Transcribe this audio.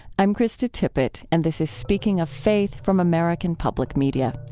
i'm krista tippett, and this is speaking of faith from american public media.